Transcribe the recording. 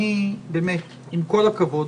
עם כל הכבוד,